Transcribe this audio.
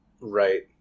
right